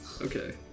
Okay